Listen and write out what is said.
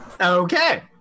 Okay